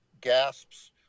gasps